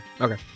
Okay